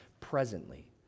presently